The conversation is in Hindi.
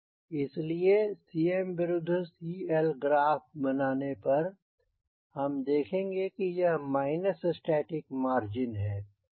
इस लिए Cm विरुद्ध CL ग्राफ बनाने पर हम देखेंगे कि यह माइनस स्टैटिक मार्जिन है